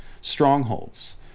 Strongholds